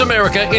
America